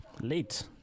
late